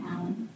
Alan